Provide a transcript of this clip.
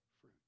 fruit